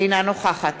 אינה נוכחת